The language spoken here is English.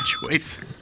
Choice